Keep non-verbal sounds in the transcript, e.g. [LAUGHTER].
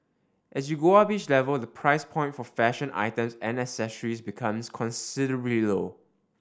as you go up each level the price point for fashion items and accessories becomes [UNINTELLIGIBLE] low